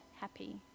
happy